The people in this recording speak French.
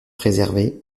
préservé